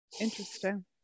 interesting